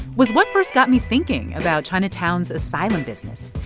was what first got me thinking about chinatown's asylum business.